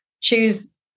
choose